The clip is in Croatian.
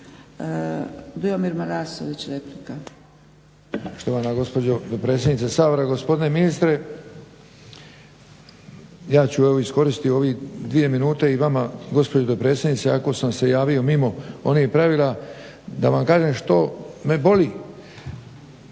Dujomir Marasović, replika.